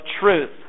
truth